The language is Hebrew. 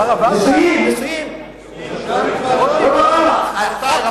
ניסויים, ניסויים, ניסויים.